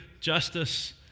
justice